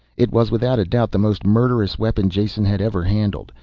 it was without a doubt the most murderous weapon jason had ever handled,